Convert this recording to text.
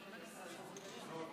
ההצעה להעביר